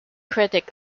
critic